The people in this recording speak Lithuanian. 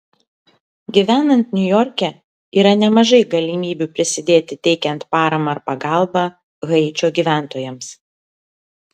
gyvenant niujorke yra nemažai galimybių prisidėti teikiant paramą ar pagalbą haičio gyventojams